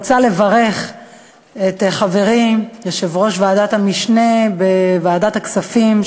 אני רוצה לברך את חברי את יושב-ראש ועדת המשנה בוועדת הכספים,